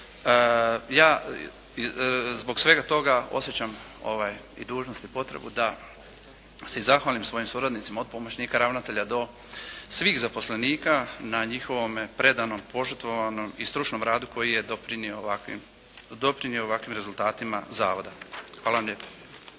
Ja zbog svega toga osjećam i dužnost i potrebu da se zahvalim svojim suradnicima od pomoćnika ravnatelja do svih zaposlenika na njihovome predanom, požrtvovanom i stručnom radu koji je doprinio ovakvim rezultatima zavoda. Hvala vam lijepa.